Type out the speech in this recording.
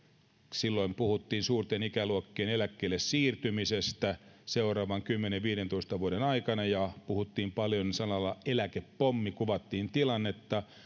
silloin puhuttiin suurten ikäluokkien eläkkeelle siirtymisestä seuraavan kymmenen tai viidentoista vuoden aikana ja siitä puhuttiin paljon sanalla eläkepommi niin kuvattiin tilannetta